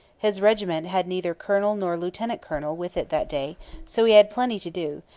his regiment had neither colonel nor lieutenant-colonel with it that day so he had plenty to do,